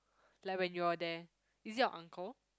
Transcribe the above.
like when you are there is it your uncle